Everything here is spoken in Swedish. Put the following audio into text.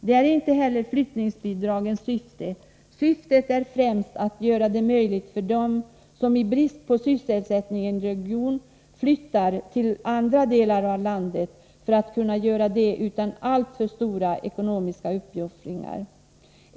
Det är inte heller flyttningsbidragens syfte. Syftet är främst att göra det möjligt för dem som i brist på sysselsättning i en region flyttar till andra delar av landet att kunna göra detta utan alltför stora ekonomiska uppoffringar.